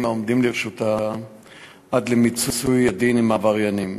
העומדים לרשותה עד למיצוי הדין עם העבריינים.